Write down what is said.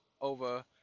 over